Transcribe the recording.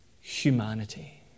humanity